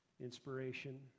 inspiration